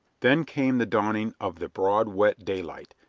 then came the dawning of the broad, wet daylight,